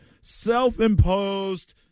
self-imposed